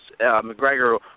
McGregor